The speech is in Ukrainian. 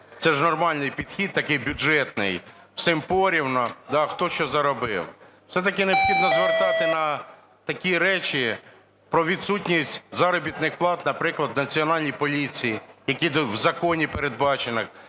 Це ж нормальний підхід такий, бюджетний – всім порівну, хто що заробив. Все-таки необхідно звертати на такі речі про відсутність заробітних плат, наприклад, Національній поліції, які в законі передбачені,